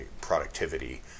productivity